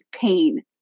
pain